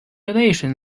addition